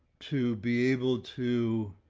to be able to,